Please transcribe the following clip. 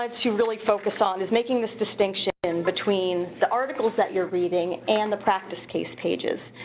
ah to really focus on is making this distinction and between the articles that you're reading and the practice case pages.